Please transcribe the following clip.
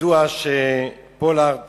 ידוע שפולארד